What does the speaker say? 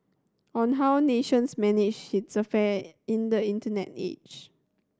on how nations manage its affair in the Internet age